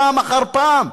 פעם אחר פעם,